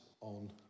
on